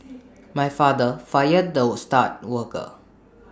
my father fired the star worker